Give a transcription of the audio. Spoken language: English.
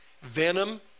Venom